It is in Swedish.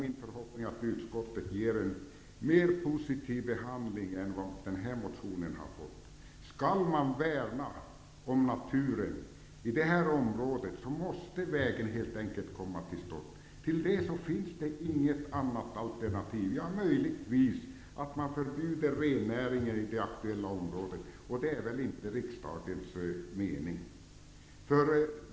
Min förhoppning är att utskottet gör en mer positiv behandling än den här motionen har fått. Skall man värna om naturen i det här området, måste vägen helt enkelt komma till stånd. Till det finns inget annat alternativ. Möjligtvis kan man förbjuda rennäring i det aktuella området, men det är väl inte riksdagens mening.